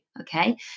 okay